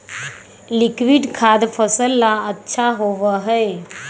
liquid खाद फसल ला अच्छा होबा हई